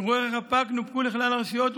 גרורי חפ"ק נופקו לכלל הרשויות,